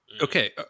Okay